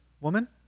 woman